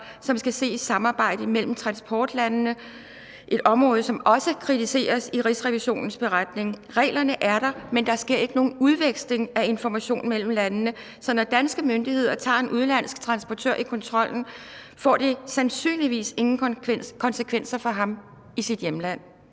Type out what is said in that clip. som skal ske i et samarbejde mellem transportlandene; et område, som også kritiseres i Rigsrevisionens beretning. Reglerne er der, men der sker ikke nogen udveksling af information mellem landene. Så når danske myndigheder tager en udenlandsk transportør i kontrollen, får det sandsynligvis ingen konsekvenser for ham i sit hjemland.